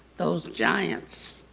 those giants.